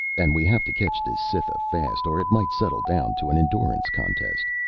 and we have to catch this cytha fast or it might settle down to an endurance contest.